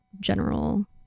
general